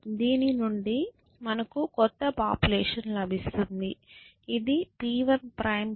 దీని నుండి మనకు క్రొత్త పాపులేషన్ లభిస్తుంది ఇది P1″ P2″